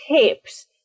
tips